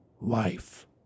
life